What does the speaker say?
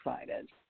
excited